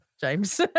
James